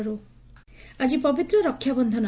ରକ୍ଷାବନ୍ଧନ ଆକି ପବିତ୍ର ରକ୍ଷା ବକ୍ଷନ